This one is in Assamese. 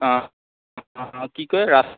অঁ অঁ অঁ কি কয়